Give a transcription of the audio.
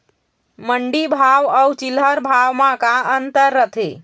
मंडी भाव अउ चिल्हर भाव म का अंतर रथे?